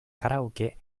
karaoke